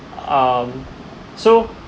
um so